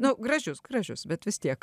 nu gražius gražius bet vis tiek